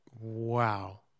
Wow